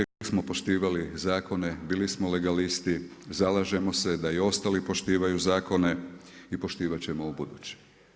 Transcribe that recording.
HNS, uvijek smo poštovali zakone, bili smo legalisti, zalažemo se da i ostali poštivaju zakone i poštivati ćemo ubuduće.